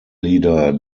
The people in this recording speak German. lieder